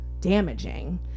damaging